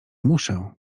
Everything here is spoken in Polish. muszę